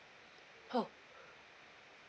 oh